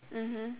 mmhmm